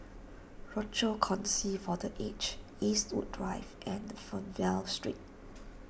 Rochor Kongsi for the Aged Eastwood Drive and Fernvale Street